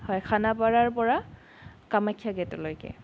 হয় খানাপাৰাৰপৰা কামাখ্যা গেটলৈকে